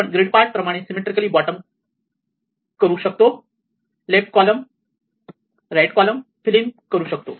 आपण grid part प्रमाणे symmetrically bottom left column आणि राईट कॉलम फिलिंग करू शकतो